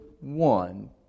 one